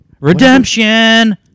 redemption